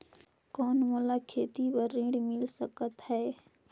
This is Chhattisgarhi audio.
कौन मोला खेती बर ऋण मिल सकत है?